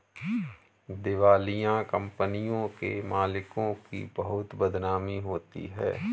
दिवालिया कंपनियों के मालिकों की बहुत बदनामी होती है